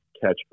catch